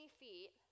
feet